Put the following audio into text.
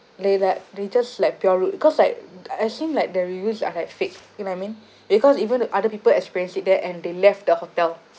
they like they just like pure rude cause like uh seem like the reviews are like fake you know what I mean because even the other people experienced it there and they left the hotel